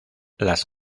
las